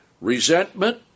Resentment